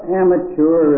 amateur